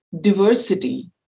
diversity